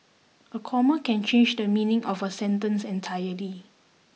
a comma can change the meaning of a sentence entirely